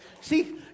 See